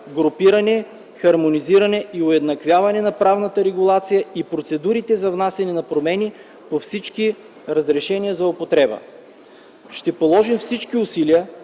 групиране, хармонизиране и уеднаквяване на правната регулация и на процедурите за внасяне на промени във всички разрешения за употреба. Ще положим всички усилия